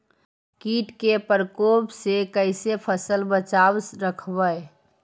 कीट के परकोप से कैसे फसल बचाब रखबय?